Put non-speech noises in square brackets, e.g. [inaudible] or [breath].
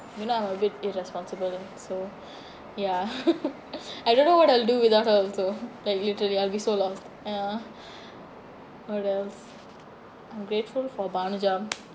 you know I'm a bit irresponsible so [breath] ya [laughs] [breath] I don't know what I'll do without her also like literally I'll be so lost ya [breath] what else I'm grateful for banja